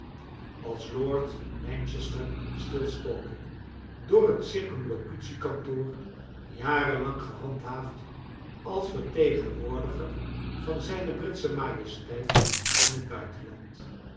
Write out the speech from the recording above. als lord lancaster stilstalking door het circumlocutie kantoor jaren lang gehandhaafd als vertegenwoordiger van zijne britsche majesteit in het buitenland